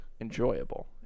enjoyable